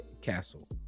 castle